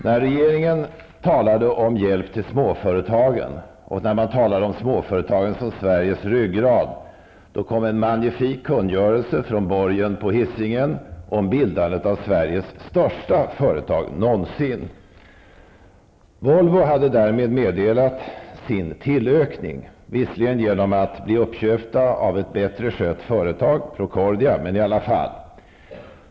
När regeringen talade om hjälp till småföretagen och om småföretagen som Sveriges ryggrad, kom en magnifik kungörelse från borgen på Hisingen om bildandet av Sveriges största företag någonsin! visserligen genom att bli uppköpt av ett bättre skött företag, Procordia, men i alla fall.